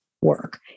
work